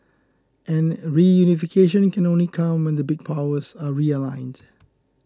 and reunification can only come when the big powers are realigned